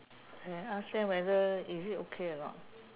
I ask them whether is it okay or not